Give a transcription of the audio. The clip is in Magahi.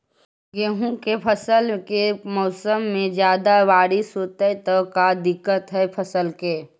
गेहुआ के फसल के मौसम में ज्यादा बारिश होतई त का दिक्कत हैं फसल के?